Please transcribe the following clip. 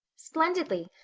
splendidly.